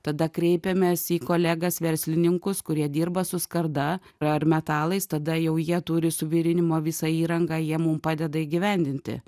tada kreipiamės į kolegas verslininkus kurie dirba su skarda ar metalais tada jau jie turi suvirinimo visą įrangą jie mum padeda įgyvendinti